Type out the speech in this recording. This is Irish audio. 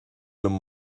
liom